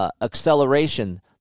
Acceleration